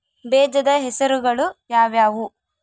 ಬೇಜದ ಹೆಸರುಗಳು ಯಾವ್ಯಾವು?